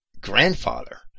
grandfather